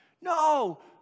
No